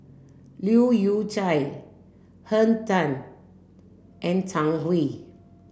Leu Yew Chye Henn Tan and Zhang Hui